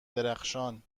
درخشان